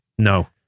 No